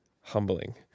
humbling